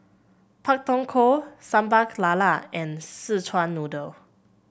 Pak Thong Ko Sambal Lala and Szechuan Noodle